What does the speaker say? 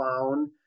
found